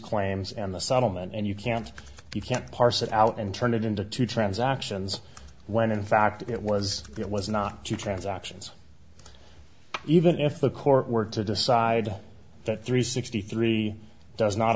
claims and the settlement and you can't you can't parse that out and turn it into two transactions when in fact it was it was not two transactions even if the court were to decide that three sixty three does not